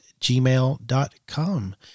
gmail.com